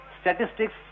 statistics